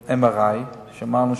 MRI. אמרנו